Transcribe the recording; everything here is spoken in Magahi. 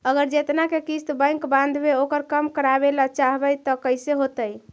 अगर जेतना के किस्त बैक बाँधबे ओकर कम करावे ल चाहबै तब कैसे होतै?